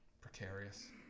precarious